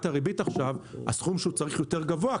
הריבית עכשיו הסכום שהוא צריך יותר גבוה,